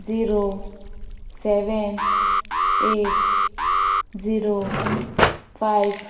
zero seven eight zero five